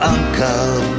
Uncle